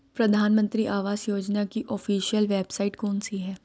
प्रधानमंत्री आवास योजना की ऑफिशियल वेबसाइट कौन सी है?